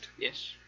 Yes